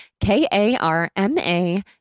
K-A-R-M-A